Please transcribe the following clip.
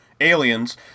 aliens